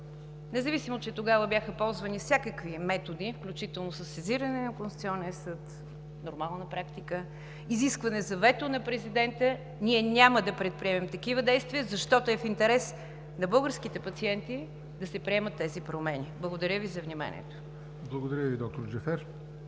Независимо че тогава бяха ползвани всякакви методи, включително със сезиране на Конституционния съд – нормална практика, изискване за вето на президента, ние няма да предприемем такива действия, защото е в интерес на българските пациенти да се приемат тези промени. Благодаря Ви за вниманието. ПРЕДСЕДАТЕЛ ЯВОР НОТЕВ: